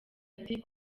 ati